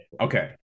Okay